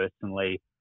personally